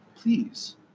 Please